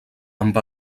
amb